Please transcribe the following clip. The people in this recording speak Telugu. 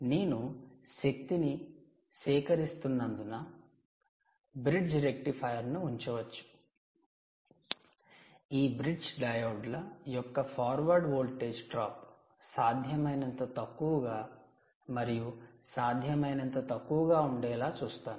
నేను శక్తిని సేకరిస్తున్నందున నేను బ్రిడ్జ్ రెక్టిఫైయర్ను ఉంచవచ్చు ఈ 'బ్రిడ్జ్ డయోడ్ల' యొక్క 'ఫార్వర్డ్ వోల్టేజ్ డ్రాప్' సాధ్యమైనంత తక్కువగా మరియు సాధ్యమైనంత తక్కువగా ఉండేలా చూస్తాను